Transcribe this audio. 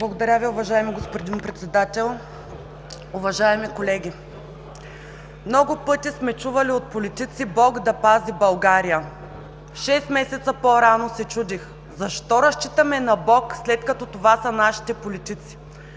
Благодаря Ви, уважаеми господин Председател. Уважаеми колеги! Много пъти сме чували от политици: „Бог да пази България!“ Шест месеца по-рано се чудех защо разчитаме на Бог, след като това са нашите политици?